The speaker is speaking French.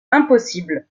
impossible